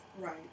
Right